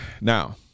Now